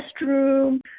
restroom